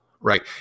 right